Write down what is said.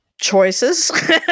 choices